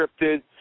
scripted